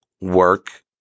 work